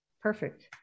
Perfect